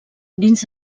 dins